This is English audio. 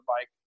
bike